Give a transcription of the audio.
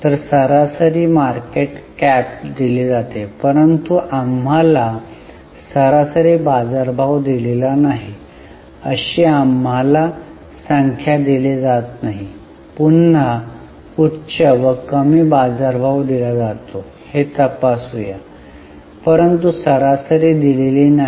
तर सरासरी market cap दिली जाते परंतु आम्हाला सरासरी बाजारभाव दिलेला नाही अशी आम्हाला संख्या दिली जात नाही पुन्हा उच्च व कमी बाजारभाव दिला जातो हे तपासू या परंतु सरासरी दिलेली नाही